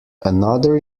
another